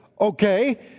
okay